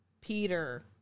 Peter